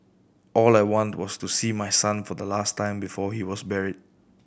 all I wanted was to see my son for the last time before he was buried